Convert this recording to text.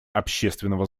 общественного